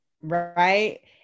right